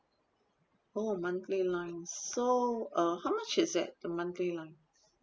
oh monthly line so uh how much is that the monthly line